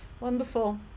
Wonderful